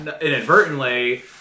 inadvertently